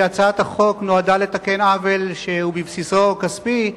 הצעת החוק נועדה לתקן עוול שהוא בבסיסו כספי,